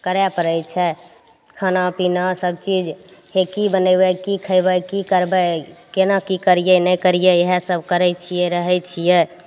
करय पड़य छै खाना पीना सबचीज हे की बनेबय की खेबय की करबय केना की करियै नहि करियै इएह सब करय छियै रहय छियै